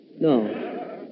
No